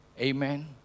Amen